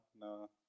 no